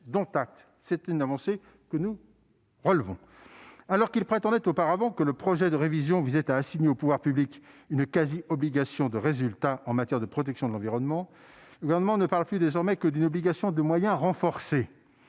C'est une avancée que nous relevons. Alors qu'il prétendait auparavant que le projet de révision visait à assigner aux pouvoirs publics une « quasi-obligation de résultat » en matière de protection de l'environnement, le Gouvernement ne parle plus désormais que d'une « obligation de moyens renforcée